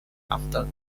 after